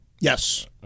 Yes